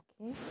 Okay